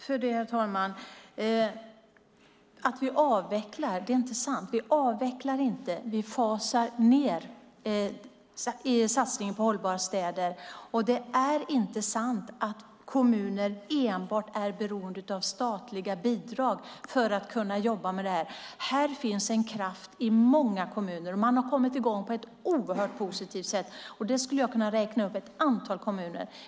Herr talman! Att vi avvecklar är inte sant. Vi avvecklar inte, vi fasar ned satsningen Hållbara städer. Det är inte sant att kommuner är beroende av enbart statliga bidrag för att kunna jobba med denna fråga. Här finns en kraft i många kommuner, och man har kommit i gång på ett mycket positivt sätt. Jag skulle kunna räkna upp ett antal kommuner.